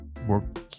work